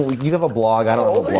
you have a blog. i don't